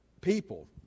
people